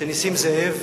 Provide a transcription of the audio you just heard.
שנסים זאב